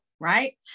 right